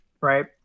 Right